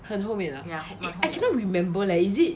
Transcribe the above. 很后面 ah I cannot remember leh is it